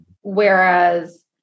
whereas